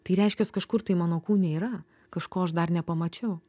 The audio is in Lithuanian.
tai reiškia kažkur tai mano kūne yra kažko aš dar nepamačiau